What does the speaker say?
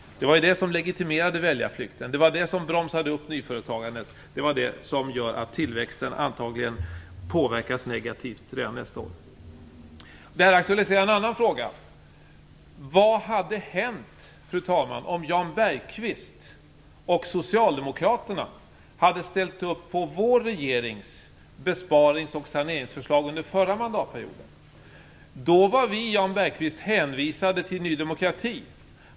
Det var det som legitimerade väljarflykten. Det var det som bromsade upp nyföretagandet. Det är det som gör att tillväxten antagligen redan nästa år påverkas negativt. Fru talman! Detta aktualiserar en annan fråga: Vad hade hänt om Jan Bergqvist och Socialdemokraterna hade ställt upp på vår regerings besparings och saneringsförslag under förra mandatperioden? Då var vi, Jan Bergqvist, hänvisade till Ny demokrati.